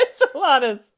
enchiladas